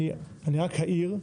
אני רק אעיר,